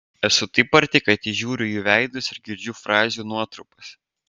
esu taip arti kad įžiūriu jų veidus ir girdžiu frazių nuotrupas